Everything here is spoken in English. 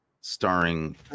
starring